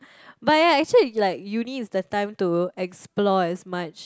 but ya actually like uni is the time to explore as much